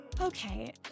Okay